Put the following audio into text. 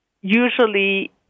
usually